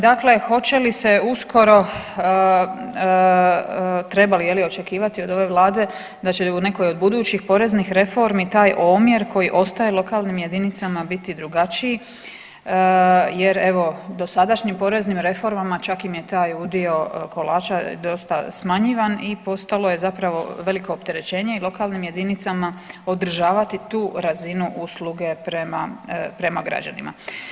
Dakle, hoće li se uskoro, treba li očekivati od ove Vlade da će u nekoj od budućih poreznih reformi taj omjer koji ostaje lokalnim jedinicama biti drugačiji jer evo dosadašnjim poreznim reformama čak im je taj udio kolača dosta smanjivan i postalo je zapravo veliko opterećenje i lokalnim jedinicama održavati tu razinu usluge prema građanima.